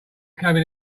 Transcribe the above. cabin